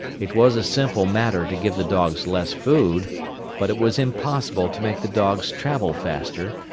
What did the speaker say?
it was a simple matter to give the dogs less food but it was impossible to make the dogs travel faster,